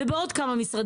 היא פשטה בעוד כמה משרדים,